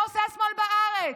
מה עושה השמאל בארץ?